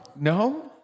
No